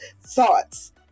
thoughts